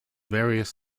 various